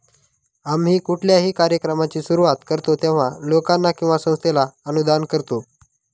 आम्ही कुठल्याही कार्यक्रमाची सुरुवात करतो तेव्हा, लोकांना किंवा संस्थेला अनुदान करतो